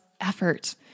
effort